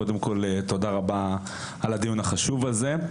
קודם כול תודה רבה על הדיון החשוב הזה.